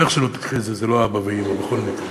איך שלא תקראי לזה, זה לא אבא ואימא, בכל מקרה.